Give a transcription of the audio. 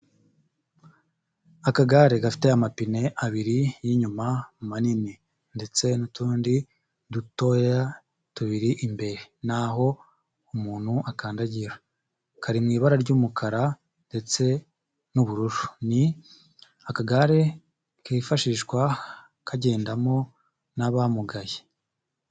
Akagare gafite amapine abiri y'inyuma manini ndetse n'utundi dutoya tubiri imbere n'aho umuntu akandagira, kari mu ibara ry'umukara ndetse n'ubururu, ni akagare kifashishwa kagendamo n'abamugaye.